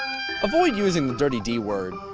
avoid using the dirty d word.